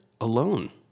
alone